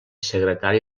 secretari